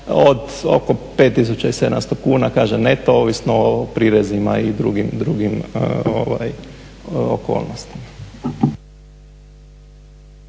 od oko 5700 kuna kažem neto ovisno o prirezima i drugim okolnostima.